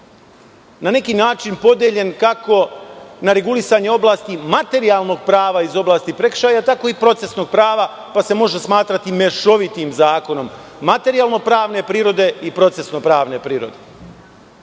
je suštinski podeljen kako na regulisanje oblasti materijalnog prava iz oblasti prekršaja, tako i procesnog prava, pa se može smatrati mešovitim zakonom materijalno pravne prirode i procesno pravne prirode. Smatram